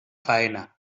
faena